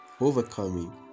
Overcoming